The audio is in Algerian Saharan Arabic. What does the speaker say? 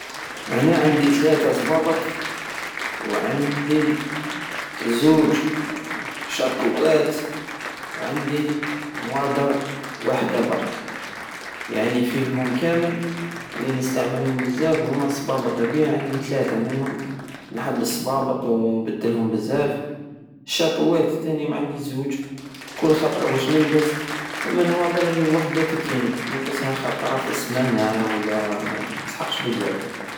انا عندي تلاتة صبابط وعندي زوج شابوات وعندي نوادر وحدى برك يعني فيهم كامل لي نستعملهم بزاف هوما الصبابط لبيها عندي تلاتة منهم نحب الصبابط ونبدلهم بزاف شابوات تاني عندي زوج كل خطرة وش نلبس اما النودر عندي وحدى تكفيني نلبسها خطرة في السمانة منسحقش بزاف